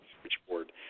switchboard